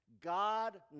God